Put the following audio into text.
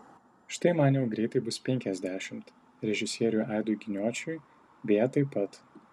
štai man jau greitai bus penkiasdešimt režisieriui aidui giniočiui beje taip pat